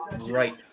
Right